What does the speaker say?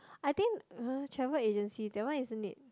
I think travel agency that one isn't it